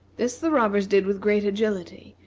this the robbers did with great agility,